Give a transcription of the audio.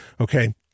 okay